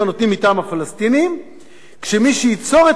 כשמי שייצור את הרוב הזה זה המרכז-ימין.